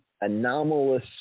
anomalous